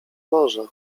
morza